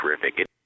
terrific